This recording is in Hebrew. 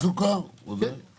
נמצא סיכון מוגבר לשבץ